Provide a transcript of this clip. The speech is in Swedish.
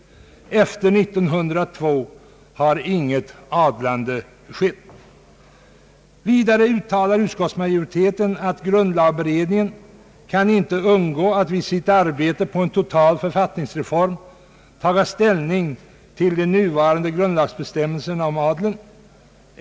Efter 1902 har inget adlande skett.» Vidare «uttalar = utskottsmajoriteten: »Grundlagberedningen kan inte undgå att vid sitt arbete på en total författningsreform taga ställning till de nuvarande grundlagsbestämmelserna om adeln.